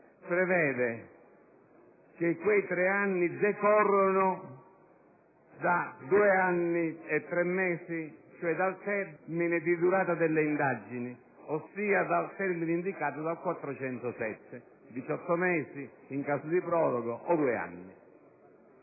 prevede che quei tre anni decorrano da due anni e tre mesi, cioè dal termine di durata delle indagini, ossia dal termine indicato dall'articolo 407: diciotto mesi, in caso di proroga, o due anni.